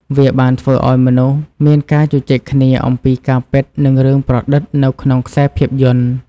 វាបានធ្វើឲ្យមនុស្សមានការជជែកគ្នាអំពីការពិតនិងរឿងប្រឌិតនៅក្នុងខ្សែភាពយន្ត។